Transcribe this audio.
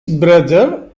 brother